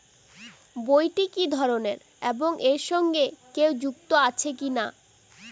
বইটি কি ধরনের এবং এর সঙ্গে কেউ যুক্ত আছে কিনা?